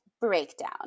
breakdown